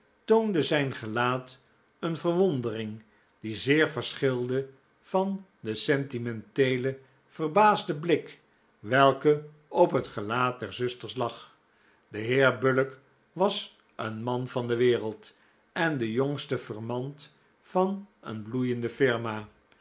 toonde zijn gelaat een verwondering die zeer verschilde van den sentimenteelen verbaasden blik welke op het gelaat der zusters lag de heer bullock was een man van de wereld en de jongste firmant van een bloeiende firma